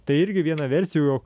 tai irgi viena versijų